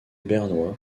bernois